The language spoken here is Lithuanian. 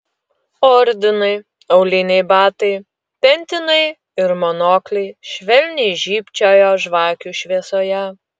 ordinai auliniai batai pentinai ir monokliai švelniai žybčiojo žvakių šviesoje